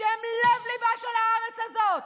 שהם לב-ליבה של הארץ הזאת.